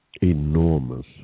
enormous